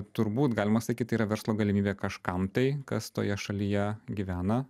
turbūt galima sakyt tai yra verslo galimybė kažkam tai kas toje šalyje gyvena